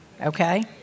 okay